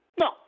No